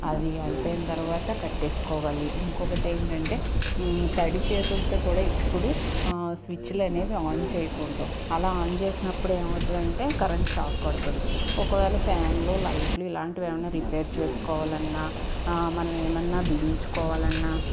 అది అయిపోయిన తర్వాత కట్టేసుకోవాలి ఇంకొకటి ఏంటంటే తడి చేతులతో కూడా ఎప్పుడు స్విచ్లు అనేవి ఆన్ చేయకూడదు అలా ఆన్ చేసినప్పుడు ఏమవుతుంది అంటే కరెంట్ షాక్ కొడతుంది ఒకవేళ ఫ్యాన్లు లైట్లు ఇలాంటివి ఏమైనా రిపేర్ చేసుకోవాలి అన్న మనం ఏమన్నా బిగించుకోవాలన్నా